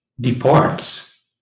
departs